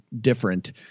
different